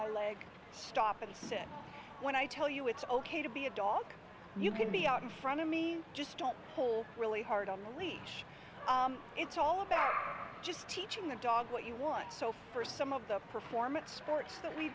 my leg stop and sit when i tell you it's ok to be a dog you can be out in front of me just don't pull really hard on the leash it's all about just teaching the dog what you want so for some of the performance sports that we